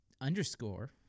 underscore